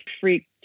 freak